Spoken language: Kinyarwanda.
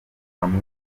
bamwe